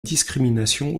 discrimination